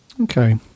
okay